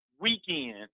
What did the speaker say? weekend